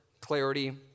clarity